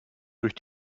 durch